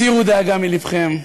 הסירו דאגה מלבכם.